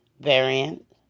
variant